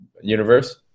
universe